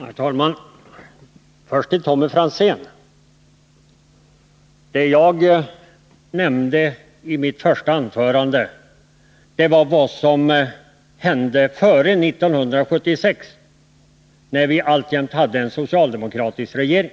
Herr talman! Först till Tommy Franzén. Det jag nämnde i mitt första anförande var vad som hände före valet 1976, när vi alltjämt hade en socialdemokratisk regering.